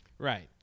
Right